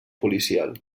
policial